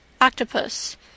Octopus